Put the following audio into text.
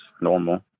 normal